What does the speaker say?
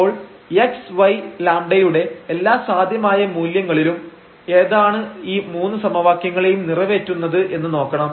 അപ്പോൾ x y λ യുടെ എല്ലാ സാധ്യമായ മൂല്യങ്ങളിലും ഏതാണ് ഈ മൂന്നു സമവാക്യങ്ങളെയും നിറവേറ്റുന്നത് എന്ന് നോക്കണം